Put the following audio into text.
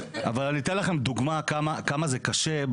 אתן לכם דוגמה קטנה כמה זה קשה.